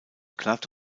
glatt